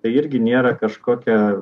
tai irgi nėra kažkokia